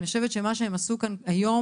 אני חושבת שמה שמשרד הבריאות עשה כאן היום